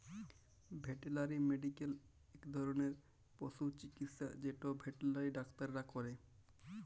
veterinary medical ইক ধরলের পশু চিকিচ্ছা যেট ভেটেলারি ডাক্তাররা ক্যরে